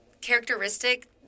characteristic